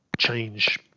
change